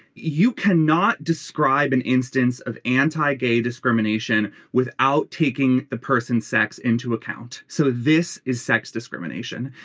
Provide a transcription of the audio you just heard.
you can not describe an instance of anti-gay discrimination without taking the person's sex into account. so this is sex discrimination.